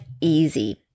easy